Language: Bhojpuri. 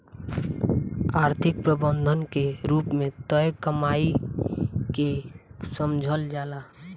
आर्थिक प्रबंधन के रूप में तय कमाई के समझल जाला